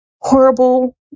horrible